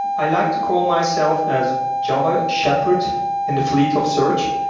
i like to call myself as java shepherd in the fleet of search.